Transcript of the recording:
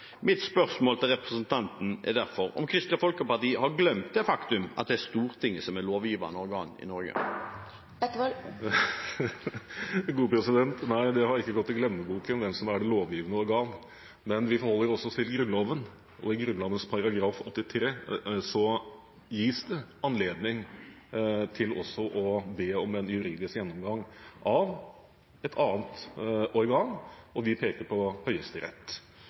Mitt spørsmål til representanten er derfor: Har Kristelig Folkeparti glemt det faktum at det er Stortinget som er det lovgivende organ i Norge? Nei, det har ikke gått i glemmeboken hvem som er det lovgivende organ, men vi forholder oss også til Grunnloven. I Grunnloven § 83 gis det anledning til å be om en juridisk gjennomgang av et annet organ, og vi peker på Høyesterett.